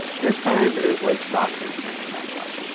this time, it was stockton's turn to mess up.